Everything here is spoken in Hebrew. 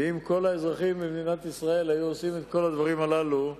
ואם כל האזרחים במדינת ישראל היו עושים את כל הדברים הללו,